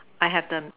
I have the